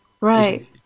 Right